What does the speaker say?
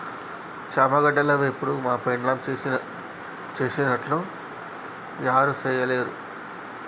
చామగడ్డల వేపుడు మా పెండ్లాం సేసినట్లు యారు సెయ్యలేరు